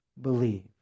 believe